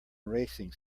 racing